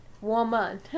woman